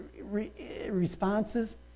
responses